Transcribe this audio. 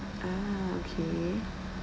ah okay